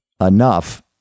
enough